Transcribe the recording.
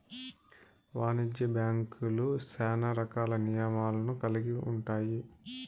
వాణిజ్య బ్యాంక్యులు శ్యానా రకాల నియమాలను కల్గి ఉంటాయి